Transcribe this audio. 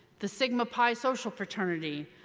the sigma pi social fraternity,